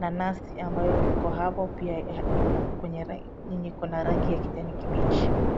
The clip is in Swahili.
nanasi ambayo iko hapo pia yenye iko na rangi ya kijani kibichi.